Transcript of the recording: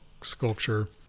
sculpture